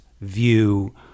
view